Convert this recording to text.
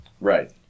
Right